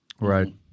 Right